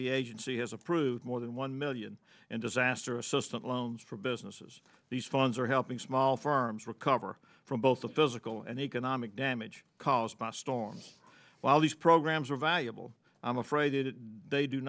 the agency has approved more than one million in disaster assistance loans for businesses these funds are helping small firms recover from both the physical and economic damage caused by storms while these programs are valuable i'm afraid th